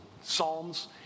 Psalms